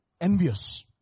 envious